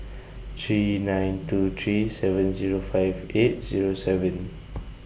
three nine two three seven Zero five eight Zero seven